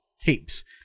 heaps